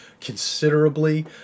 considerably